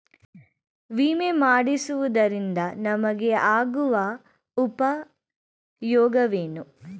ವಿಮೆ ಮಾಡಿಸುವುದರಿಂದ ನಮಗೆ ಆಗುವ ಉಪಯೋಗವೇನು?